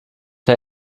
der